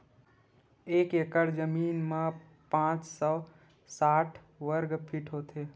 एक एकड़ जमीन मा पांच सौ साठ वर्ग फीट होथे